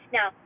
Now